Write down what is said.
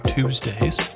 Tuesdays